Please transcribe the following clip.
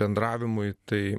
bendravimui tai